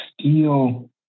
steel